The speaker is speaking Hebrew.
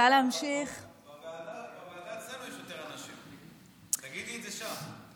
בוועדה אצלנו יש יותר אנשים, תגידי את זה שם.